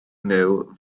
myw